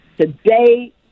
Today